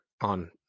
on